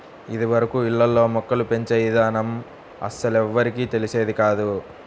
ఇదివరకు ఇళ్ళల్లో మొక్కలు పెంచే ఇదానం అస్సలెవ్వరికీ తెలిసేది కాదు